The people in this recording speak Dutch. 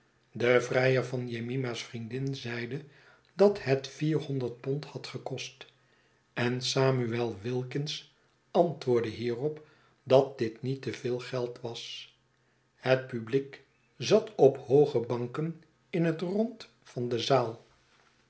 de vrijer van jemima's vriendin zeide dat het vierhonderd pond had gekost en samuel wilkins antwoordde hierop dat dit niet te veel geld was het publiek zat op hooge banken in het rond van de zaal